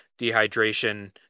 dehydration